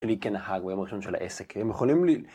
לי כנהג, מהיום הראשון של העסק, הם יכולים ל...